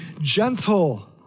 gentle